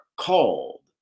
called